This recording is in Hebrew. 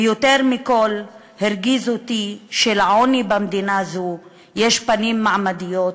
ויותר מכול הרגיז אותי שלעוני במדינה הזאת יש פנים מעמדיות,